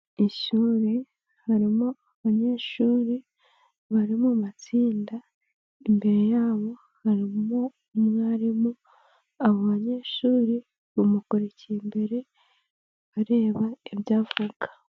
Ishuri harimo abanyeshuri bari mu matsinda, imbere yabo harimo umwarimu abo banyeshuri bamukurikiye imbere bareba ibyo avuga.